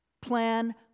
plan